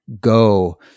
go